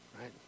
right